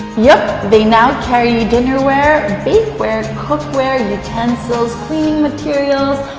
yep, they now carry dinnerware, bakeware, cookware, utensils, cleaning materials,